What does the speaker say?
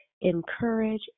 encourage